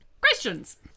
questions